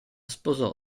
sposò